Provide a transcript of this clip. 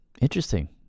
interesting